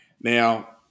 Now